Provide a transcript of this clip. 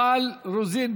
מיכל רוזין,